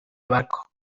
barco